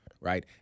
right